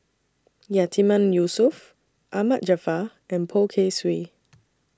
Yatiman Yusof Ahmad Jaafar and Poh Kay Swee